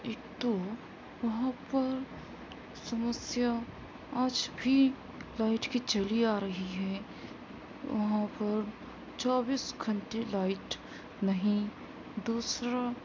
ایک تو وہاں پر سمسیا آج بھی لائٹ کی چلی آ رہی ہیں وہاں پر چوبیس گھنٹے لائٹ نہیں دوسرا